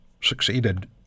succeeded